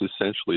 essentially